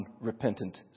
unrepentant